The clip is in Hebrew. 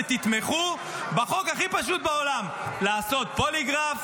ותתמכו בחוק הכי פשוט בעולם: לעשות פוליגרף